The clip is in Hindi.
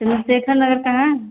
हील् स्टेसन नगर पर हैं